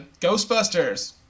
Ghostbusters